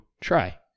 try